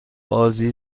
بازی